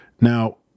now